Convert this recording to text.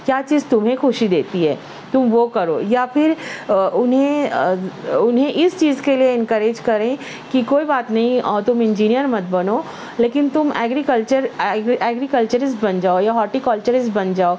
کیا چیز تمہیں خوشی دیتی ہے تم وہ کرو یا پھر انہیں انہیں اس چیز کے لیے انکریج کریں کہ کوئی بات نہیں اور تم انجیئر مت بنو لیکن تم ایگریکلچر ایگریکلریز بنا جاؤ یا ہاٹیکلچریز بن جاؤ